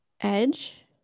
Edge